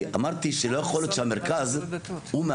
אמרתי שלא יכול להיות שהמרכז הוא מארגן